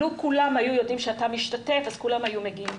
לו היו יודעים שאתה משתתף, כולם היו מגיעים.